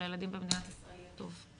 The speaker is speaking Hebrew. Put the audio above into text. שלילדים במדינת ישראל יהיה טוב.